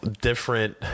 different